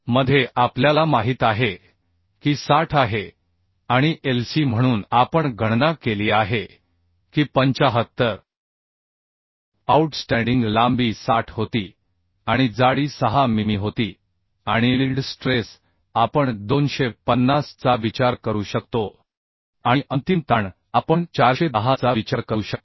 मध्ये आपल्याला माहित आहे की 60 आहे आणि lc म्हणून आपण गणना केली आहे की 75 आऊटस्टँडिंग लांबी 60 होती आणि जाडी 6 मिमी होती आणि यील्ड स्ट्रेस आपण 250 चा विचार करू शकतो आणि अंतिम ताण आपण 410 चा विचार करू शकतो